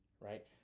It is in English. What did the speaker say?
right